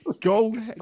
Go